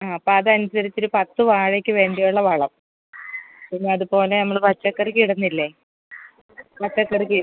ആ അപ്പം അതനുസരിച്ച് ഒരു പത്ത് വാഴയ്ക്ക് വേണ്ടിയുള്ള വളം പിന്നെ അതുപോലെ നമ്മൾ പച്ചക്കറിക്ക് ഇടുന്നില്ലേ പച്ചക്കറിക്ക്